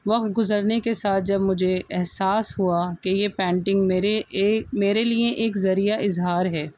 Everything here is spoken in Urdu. وقت گزرنے کے ساتھ جب مجھے احساس ہوا کہ یہ پینٹنگ میرے ایک میرے لیے ایک ذریعہ اظہار ہے